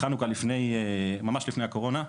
חנוכה ממש לפני הקורונה,